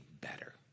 better